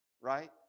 Right